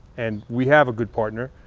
and we have a good partner,